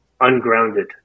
ungrounded